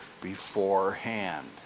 beforehand